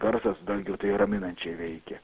garsas dalgio tai raminančiai veikia